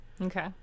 Okay